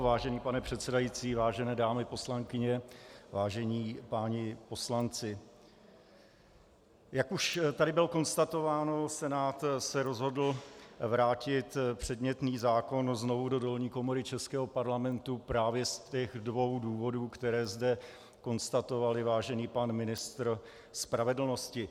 Vážený pane předsedající, vážené dámy poslankyně, vážení páni poslanci, jak už tady bylo konstatováno, Senát se rozhodl vrátit předmětný zákon znovu do dolní komory českého Parlamentu právě z těch dvou důvodů, které zde konstatoval i vážený pan ministr spravedlnosti.